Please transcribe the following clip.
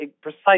precise